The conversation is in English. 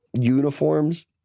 uniforms